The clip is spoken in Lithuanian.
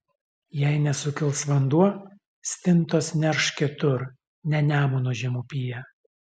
jei nesukils vanduo stintos nerš kitur ne nemuno žemupyje